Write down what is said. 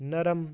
ਨਰਮ